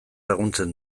laguntzen